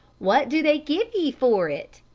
what do they give ye for it?